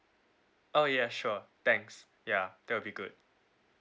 oh ya sure thanks ya that will be good